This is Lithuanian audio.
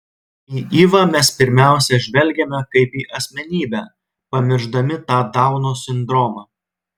į ivą mes pirmiausia žvelgiame kaip į asmenybę pamiršdami tą dauno sindromą